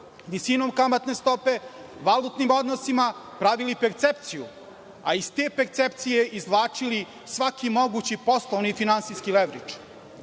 visinom kamatne stope, valutnim odnosima, pravili percepciju, a iz te percepcije izvlačili svaki mogući poslovni i finansijski leveridž. Ono